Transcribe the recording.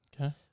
Okay